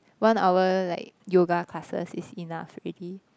one hour like yoga classes is enough already